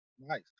Nice